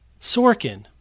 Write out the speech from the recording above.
Sorkin